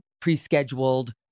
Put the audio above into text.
pre-scheduled